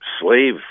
slave